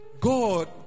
God